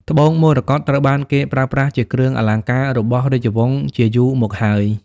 ត្បូងមរកតត្រូវបានគេប្រើប្រាស់ជាគ្រឿងអលង្ការរបស់រាជវង្សជាយូរមកហើយ។